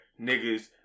Niggas